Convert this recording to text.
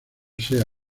sea